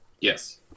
Yes